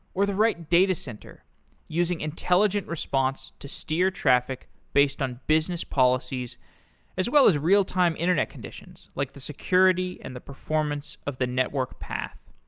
or the right datacenter using intelligent response to steer traffic based on business policies as well as real time internet conditions, like the security and the performance of the network path.